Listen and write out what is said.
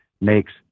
makes